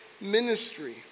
ministry